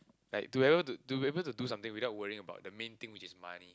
like to be able to to be able to do something without worrying about the main thing which is money